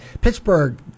Pittsburgh